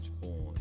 Born